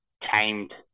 tamed